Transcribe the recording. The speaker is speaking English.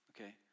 Okay